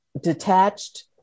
detached